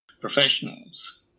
professionals